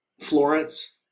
Florence